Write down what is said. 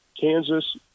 Kansas